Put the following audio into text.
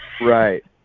Right